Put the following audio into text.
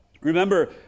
Remember